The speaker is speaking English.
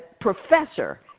professor